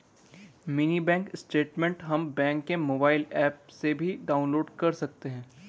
mini bank statement हम bank के mobile app से भी डाउनलोड कर सकते है